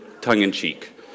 tongue-in-cheek